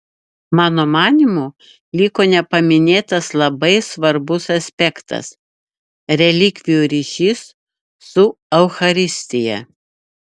mano manymu liko nepaminėtas labai svarbus aspektas relikvijų ryšys su eucharistija